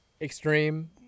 extreme